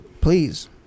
please